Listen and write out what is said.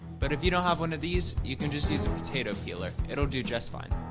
but if you don't have one of these you can just use a potato peeler it'll do just fine.